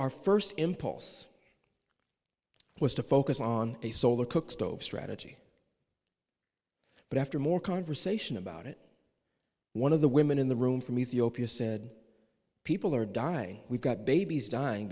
our first impulse was to focus on a solar cook stove strategy but after more conversation about it one of the women in the room from ethiopia said people are dying we've got babies dying